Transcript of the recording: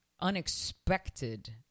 unexpected